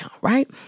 right